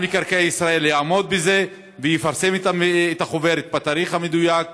מקרקעי ישראל יעמוד בזה ויפרסם את החוברת בתאריך המדויק.